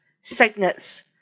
signets